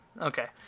Okay